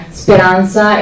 speranza